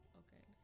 okay